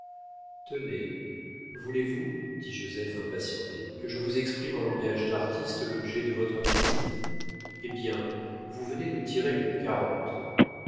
tenez voulez-vous dit joseph impatienté que je vous exprime en langage d'artiste l'objet de votre visite eh bien vous venez nous tirer une carotte